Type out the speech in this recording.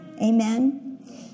amen